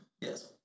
Yes